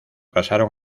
pasaron